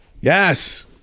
yes